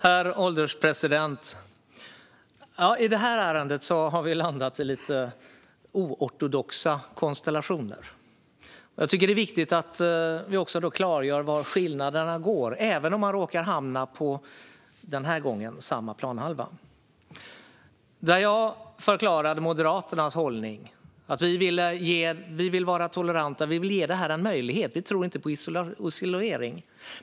Herr ålderspresident! I detta ärende har vi landat i lite oortodoxa konstellationer. Jag tycker att det är viktigt att vi klargör var skiljelinjen går, även om vi - den här gången - råkar hamna på samma planhalva. Jag förklarade Moderaternas hållning. Vi vill vara toleranta, och vi vill ge detta en möjlighet. Vi tror inte på isolering.